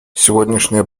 сегодняшнее